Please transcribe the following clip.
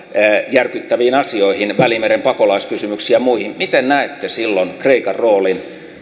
järkyttäviin asioihin välimeren pakolaiskysymyksiin ja muihin miten näette silloin kreikan roolin